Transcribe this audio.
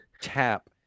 tap